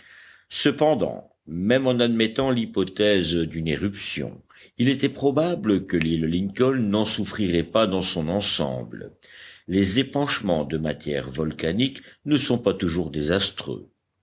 cependant même en admettant l'hypothèse d'une éruption il était probable que l'île lincoln n'en souffrirait pas dans son ensemble les épanchements de matières volcaniques ne sont pas toujours désastreux